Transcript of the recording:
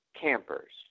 campers